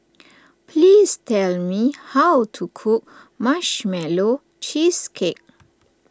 please tell me how to cook Marshmallow Cheesecake